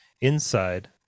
Inside